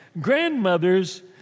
Grandmothers